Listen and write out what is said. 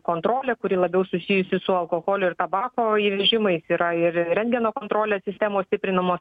kontrolė kuri labiau susijusi su alkoholio ir tabako įvežimais yra ir rentgeno kontrolės sistemos stiprinamos